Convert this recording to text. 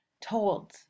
told